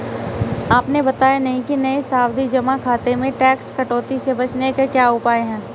आपने बताया नहीं कि नये सावधि जमा खाते में टैक्स कटौती से बचने के क्या उपाय है?